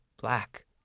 black